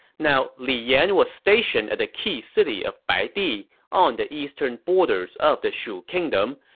now li yan was stationed at the key city of baidi on the eastern borders of the shu kingdom,